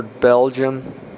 Belgium